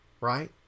right